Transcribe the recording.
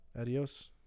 Adios